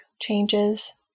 changes